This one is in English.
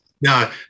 No